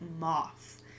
moth